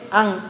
ang